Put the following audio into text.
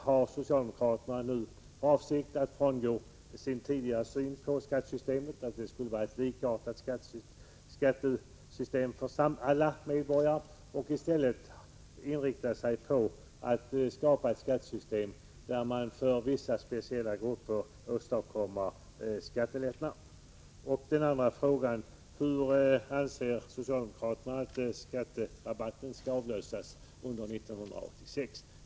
Har socialdemokraterna nu för avsikt att frångå sin tidigare syn på skattesystemet, nämligen att det skall vara ett likartat system för alla medborgare, och i stället inrikta sig på att skapa ett system där man för vissa speciella grupper åstadkommer skattelättnader? 2. Hur anser socialdemokraterna att skatterabatten skall avlösas under 1986?